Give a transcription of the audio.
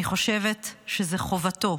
אני חושבת שזה חובתו,